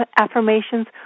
affirmations